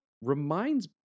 reminds